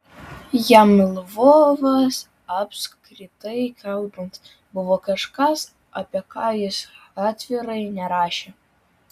jam lvovas apskritai kalbant buvo kažkas apie ką jis atvirai nerašė